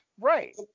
right